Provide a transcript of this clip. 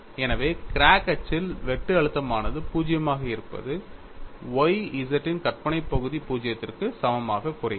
எனவே கிராக் அச்சில் வெட்டு அழுத்தமானது 0 ஆக இருப்பது Y z இன் கற்பனை பகுதிக்கு 0 க்கு சமமாக குறைகிறது